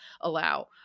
allow